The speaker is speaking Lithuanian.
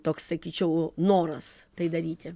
toks sakyčiau noras tai daryti